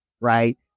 right